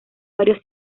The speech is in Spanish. varios